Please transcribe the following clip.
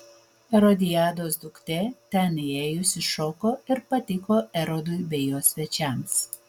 erodiados duktė ten įėjusi šoko ir patiko erodui bei jo svečiams